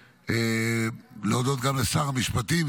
ולהודות גם לשר המשפטים,